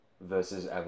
Versus